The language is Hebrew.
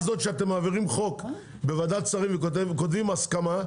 ההמצאה הזאת שאתם מעבירים חוק בוועדת שרים וכותבים הסכמה,